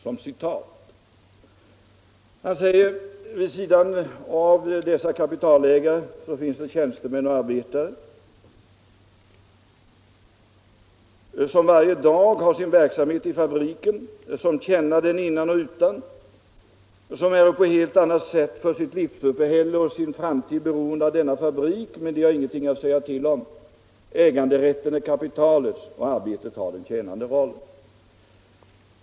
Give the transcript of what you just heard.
Jag citerar: ”Vid sidan av dessa kapitalägare finns det tjänstemän och arbetare, som varje dag ha sin verksamhet i fabriken, som känna den innan och utan, som äro på helt annat sätt för sitt livsuppehälle och sin framtid beroende av denna fabrik, men de ha ingenting att säga till om. Äganderätten är kapitalets, och arbetet har den tjänande rollen.